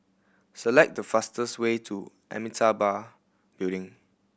select the fastest way to Amitabha Building